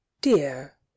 dear